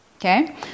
Okay